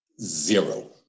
zero